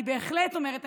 אני בהחלט אומרת,